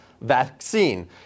vaccine